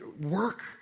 Work